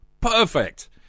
Perfect